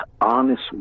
honest